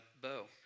bow